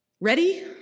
Ready